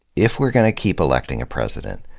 if we're going to keep electing a president,